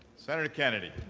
senator kennedy.